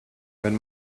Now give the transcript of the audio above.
wenn